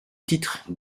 titre